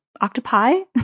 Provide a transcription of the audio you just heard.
octopi